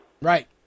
Right